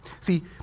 See